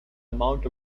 amount